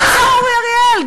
גם השר אורי אריאל,